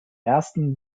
ersten